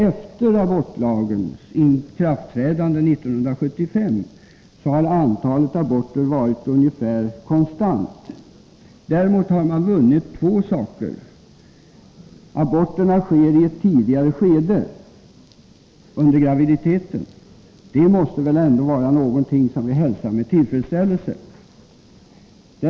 Efter abortlagens ikraftträdande 1975 har antalet aborter varit ungefär konstant. Däremot har man vunnit två saker. Aborterna görs i ett tidigare skede av graviditeten, och det måste väl ändå vara någonting som vi hälsar med tillfredsställelse.